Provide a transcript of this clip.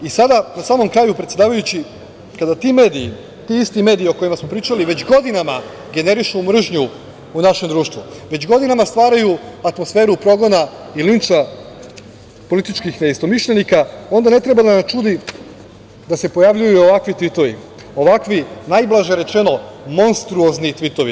Na samom kraju, predsedavajući, kada ti mediji, ti isti mediji o kojima smo pričali već godinama generišu mržnju u našem društvu, već godinama stvaraju atmosferu progona i lična političkih neistomišljenika onda ne treba da nas čudi da se pojavljuju ovakvi tvitovi, ovakvi, najblaže rečeno, monstruozni tvitovi.